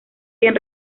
bien